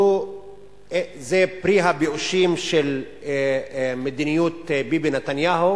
זה פרי הבאושים של מדיניות ביבי נתניהו.